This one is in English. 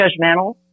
judgmental